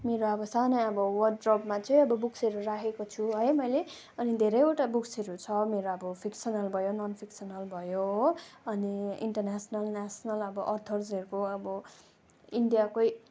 मेरो अब सानो अब वार्ड्रोबमा चाहिँ अब बुक्सहरू राखेको छु है मैले अनि धेरैवटा बुक्सहरू छ मेरो अब फिक्सनल भयो नन् फिक्सनल भयो हो अनि इन्टर्नेसनल नेसनल अब अथर्सहरूको अब इन्डियाको